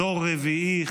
דור רביעי,